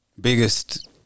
biggest